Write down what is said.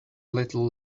little